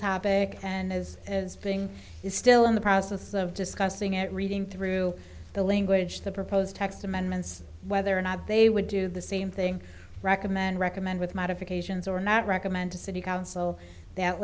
topic and is as being is still in the process of discussing it reading through the language the proposed text amendments whether or not they would do the same thing recommend recommend with modifications or not recommend to city council that